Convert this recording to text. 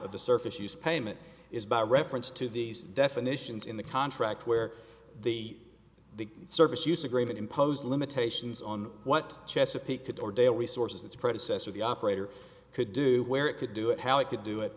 of the surface use payment is by reference to these definitions in the contract where the the service use agreement imposed limitations on what chesapeake could or dale resources its predecessor the operator could do where it could do it how it could do it